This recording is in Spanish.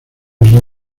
este